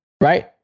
Right